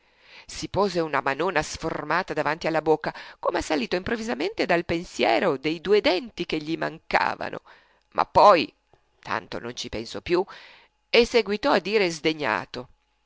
si pose una manona sformata davanti la bocca come assalito improvvisamente dal pensiero dei due denti che gli mancavano ma poi tanto non ci pensò più e seguitò a dire sdegnato